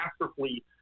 masterfully